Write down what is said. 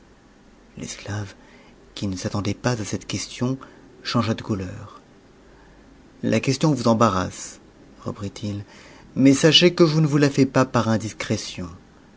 l'pshve qui ne s'attendait pas à cette demande changea de couleur la nesuon ous embarrasse repni i mais sachez que je ne vous la ats pas indiscrétion